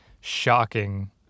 shocking